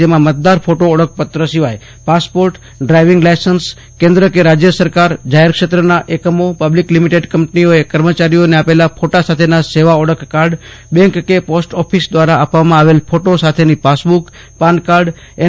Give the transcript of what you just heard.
જેમાં મતદાર ફોટો ઓળખપત્ર સિવાય પાસપોર્ટ ડ્રાઇવિંગ લાઇસન્સ કેન્દ્ર કે રાજ્ય સરકાર જાહેર ક્ષેત્રના એકમો પબ્લિક લિમિટેડ કંપનીઓએ કર્મચારીઓને આપેલા ફોટા સાથેના સેવા ઓળખકાર્ડ બેંક કે પોસ્ટ ઓફિસ દ્વારા આપવામાં આવેલ ફોટો સાથેની પાસબુક પાનકાર્ડ એન